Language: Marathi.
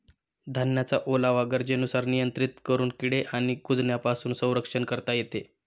धान्याचा ओलावा गरजेनुसार नियंत्रित करून किडे आणि कुजण्यापासून संरक्षण करता येते